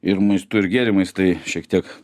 ir maistu ir gėrimais tai šiek tiek